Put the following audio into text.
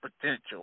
potential